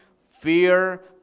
fear